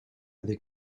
avec